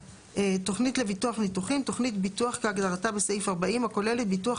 "תוכנית לביטוח ניתוחים" - תוכנית ביטוח כהגדרתה בסעיף 40 הכוללת ביטוח